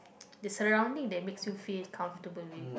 uh the surrounding that makes you feel comfortable with